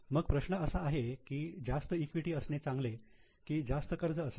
मग प्रश्न असा आहे की जास्त ईक्विटी असणे चांगले की जास्त कर्ज असणे